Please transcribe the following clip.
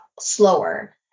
slower